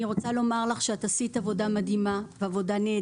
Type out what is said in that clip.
אני רוצה לומר לך שעשית עבודה מדהימה ונהדרת,